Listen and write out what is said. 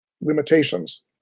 limitations